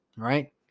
Right